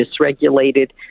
dysregulated